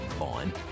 on